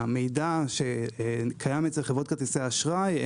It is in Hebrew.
המידע קיים אצל חברות כרטיסי האשראי,